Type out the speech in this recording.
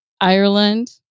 Ireland